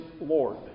Lord